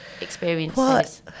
experiences